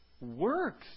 works